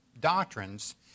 doctrines